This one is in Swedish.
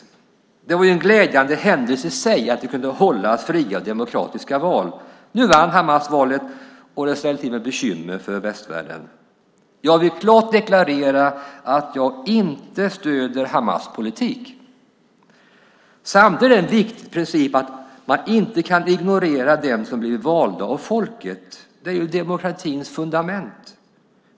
Det var en glädjande händelse i sig att det kunde hållas fria demokratiska val. Nu vann Hamas valet, och det har ställt till med bekymmer för västvärlden. Jag vill klart deklarera att jag inte stöder Hamas politik. Samtidigt är det en viktig princip att man inte kan ignorera dem som blivit valda av folket. Det är demokratins fundament.